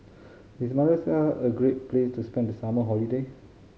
is Madagascar a great place to spend the summer holiday